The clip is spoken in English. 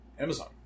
Amazon